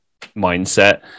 mindset